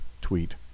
tweet